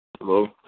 Hello